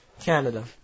Canada